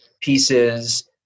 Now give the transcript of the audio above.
pieces